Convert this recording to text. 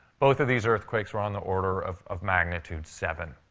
both of these earthquakes were on the order of of magnitude seven.